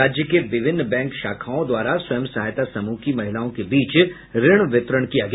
राज्य के विभिन्न बैंक शाखाओं द्वारा स्वयं सहायता समूह की महिलाओं के बीच ऋण वितरण किया गया